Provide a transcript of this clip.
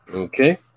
Okay